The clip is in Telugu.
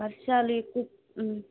వర్షాలు ఎక్కువ